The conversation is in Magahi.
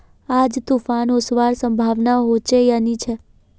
आज तूफ़ान ओसवार संभावना होचे या नी छे?